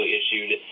issued